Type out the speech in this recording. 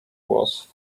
was